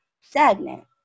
stagnant